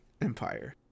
Empire